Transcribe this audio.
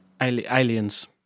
Aliens